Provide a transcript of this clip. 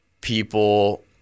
people